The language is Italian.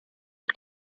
dal